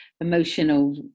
emotional